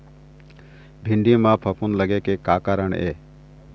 भिंडी म फफूंद लगे के का कारण ये?